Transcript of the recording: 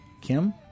Kim